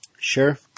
Sure